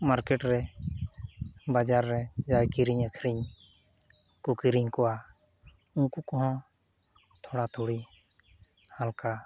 ᱢᱟᱨᱠᱮᱴᱨᱮ ᱵᱟᱡᱟᱨ ᱨᱮ ᱡᱟᱦᱟᱸᱭ ᱠᱤᱨᱤᱧ ᱟᱹᱠᱷᱨᱤᱧ ᱠᱚ ᱠᱤᱨᱤᱧ ᱠᱚᱣᱟ ᱩᱱᱠᱩ ᱠᱚᱦᱚᱸ ᱛᱷᱚᱲᱟᱼᱛᱷᱩᱲᱤ ᱦᱟᱞᱠᱟ